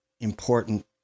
important